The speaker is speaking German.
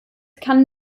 kann